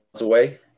away